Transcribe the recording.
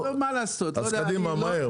נו, אז קדימה מהר מה.